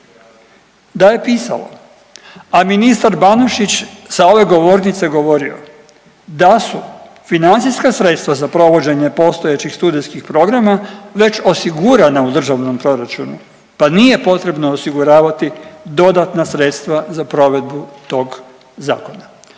da je pisalo, a ministar Banožić sa ove govornice govorio da su financijska sredstva za provođenje postojećih studenskih programa već osigurana u Državnom proračunu pa nije potrebno osiguravati dodatna sredstva za provedbu tog zakona.